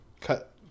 cut